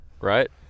right